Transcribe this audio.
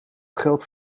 geld